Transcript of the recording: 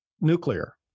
nuclear